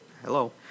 Hello